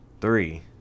Three